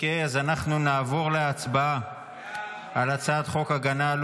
אז אנחנו נעבור להצבעה על הצעת חוק הגנה על